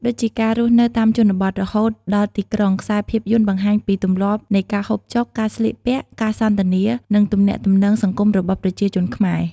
ដូចជាការរស់នៅតាមជនបទ រហូតដល់ទីក្រុង ខ្សែភាពយន្តបង្ហាញពីទម្លាប់នៃការហូបចុក ការស្លៀកពាក់ ការសន្ទនា និងទំនាក់ទំនងសង្គមរបស់ប្រជាជនខ្មែរ ។